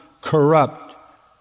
corrupt